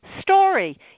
story